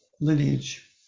lineage